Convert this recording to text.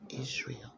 Israel